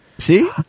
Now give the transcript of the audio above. See